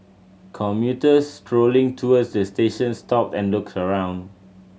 commuters strolling towards the station stopped and looked around